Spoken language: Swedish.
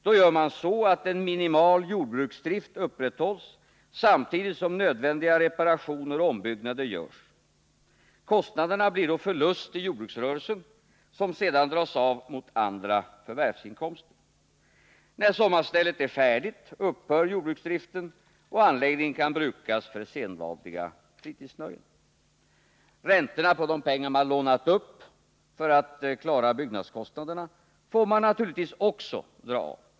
Då gör man så att en minimal jordbruksdrift upprätthålls samtidigt som nödvändiga reparationer och ombyggnader görs. Kostnaderna blir då förlust i jordbruksrörelsen, som sedan dras av mot andra förvärvsinkomster. När sommarstället är färdigt upphör jordbruksdriften, och anläggningen kan brukas för sedvanliga fritidsnöjen. Räntorna på de pengar man lånar upp för att klara byggnadskostnaderna får man naturligtvis också dra av.